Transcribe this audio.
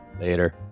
later